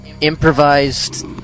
improvised